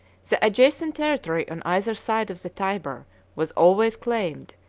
the adjacent territory on either side of the tyber was always claimed,